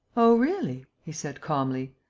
oh, really? he said, calmly.